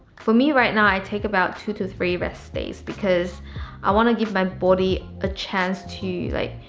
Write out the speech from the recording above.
for me right now, i take about two to three rest days because i want to give my body a chance to you, like,